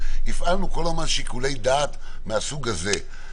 הפעלנו כל הזמן שיקול דעת מהסוג הזה.